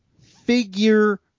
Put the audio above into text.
figure